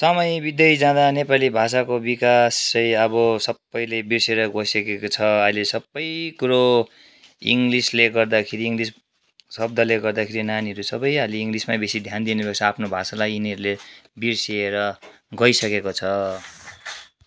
समय बित्दै जाँदा नेपाली भाषाको विकास चाहिँ अब सबैले बिर्सेर गइसकेको छ अहिले सबै कुरो इङ्ग्लिसले गर्दाखेरि इङ्ग्लिस शब्दले गर्दाखेरि नानीहरू सबै अहिले इङ्ग्लिसमै बेसी ध्यान दिने गर्छ आफ्नो भाषालाई यिनीहरूले बिर्सिएर गइसकेको छ